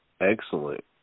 Excellent